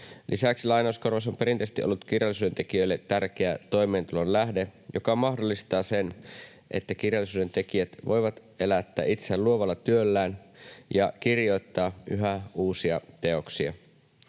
Lisäksi lainauskorvaus on perinteisesti ollut kirjallisuuden tekijöille tärkeä toimeentulon lähde, joka mahdollistaa sen, että kirjallisuuden tekijät voivat elättää itsensä luovalla työllään ja kirjoittaa yhä uusia teoksia.